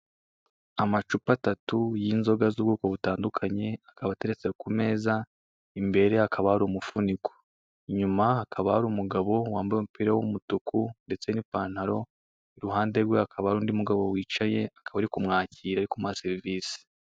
Amacupa atatu y'inzoga z'ubwoko butandukanye akaba ateretse ku imeza imbere hakaba hari umufuniko inyuma hakaba hari umugabo wambaye umupira w'umutuku ndetse n'ipantaro i ruhande rwe hakaba hari undi mugabo wicaye akaba ari kumwakira ari kumuha serivisi.